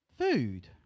Food